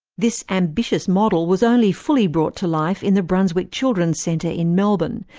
this ambitious model was only fully brought to life in the brunswick children's centre in melbourne,